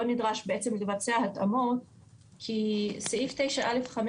נדרש בעצם לבצע התאמות כי סעיף 9(א)(5),